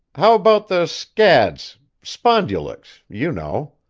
how about the scads spondulicks you know?